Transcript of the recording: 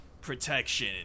protection